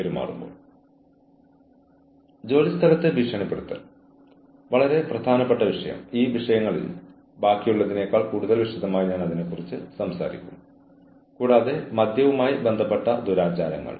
ഒരു പെരുമാറ്റം മാറ്റേണ്ടതുണ്ടെന്ന് ജീവനക്കാരോട് ആശയവിനിമയം നടത്താൻ മാനേജർമാർ ആശ്രയിക്കുന്ന ഒരു ടൂൾ ആണ് അച്ചടക്കം